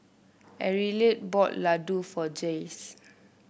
Arleth bought laddu for Jayce